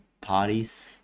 parties